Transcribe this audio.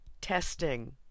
testing